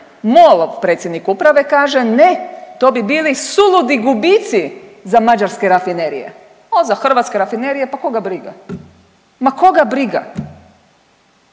MOL-ov predsjednik uprave kaže ne, to bi bili suludi gubici za mađarske rafinerije, ali za hrvatske rafinerije pa koga briga. Ma koga briga.